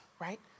right